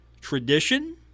tradition